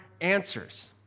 answers